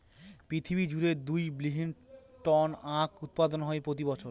পৃথিবী জুড়ে দুই বিলীন টন আখ উৎপাদন হয় প্রতি বছর